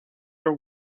are